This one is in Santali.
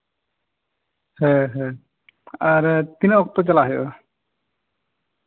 ᱦᱮᱸ ᱦᱮᱸ ᱟᱨ ᱛᱤᱱᱟᱹᱜ ᱚᱠᱛᱚ ᱪᱟᱞᱟᱜ ᱦᱩᱭᱩᱜᱼᱟ